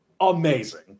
Amazing